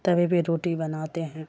توے پہ روٹی بناتے ہیں